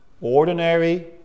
Ordinary